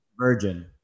Virgin